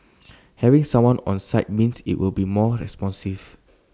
having someone on site means IT will be more responsive